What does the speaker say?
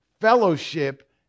fellowship